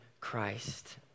Christ